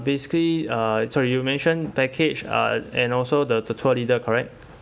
basically uh sorry you mention package uh and also the tour leader correct